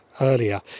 earlier